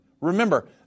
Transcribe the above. Remember